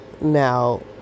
Now